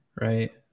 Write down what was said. right